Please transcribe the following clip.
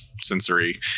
sensory